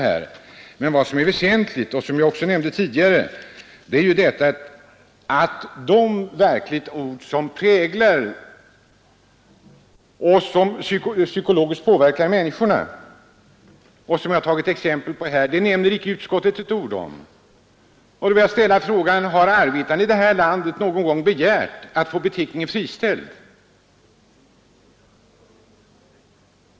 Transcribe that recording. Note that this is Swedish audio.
Vad som emellertid är väsentligt och som jag också nämnde tidigare är att utskottet inte nämner ett ord om de ord som psykologiskt påverkar människorna och som jag angivit exempel på här. Jag vill då ställa frågan: Har någon arbetare i detta land begärt att få beteckningen friställd?